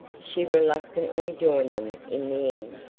she reluctantly joined them in the end,